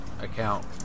account